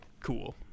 cool